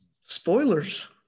Spoilers